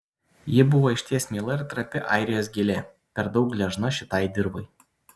ji buvo išties miela ir trapi airijos gėlė per daug gležna šitai dirvai